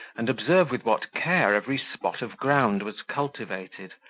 and observe with what care every spot of ground was cultivated,